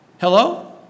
Hello